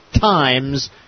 times